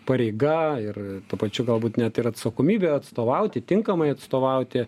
pareiga ir tuo pačiu galbūt net ir atsakomybė atstovauti tinkamai atstovauti